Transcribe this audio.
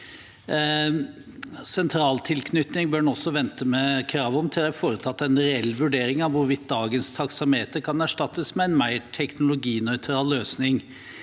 sentraltilknytning bør en også vente med til det er foretatt en reell vurdering av hvorvidt dagens taksameter kan erstattes med en mer teknologinøytral løsning.